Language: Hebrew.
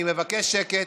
אני מבקש שקט,